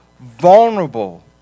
Vulnerable